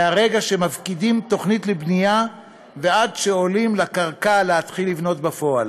מהרגע שמפקידים תוכנית לבנייה ועד שעולים לקרקע להתחיל לבנות בפועל.